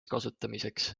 kasutamiseks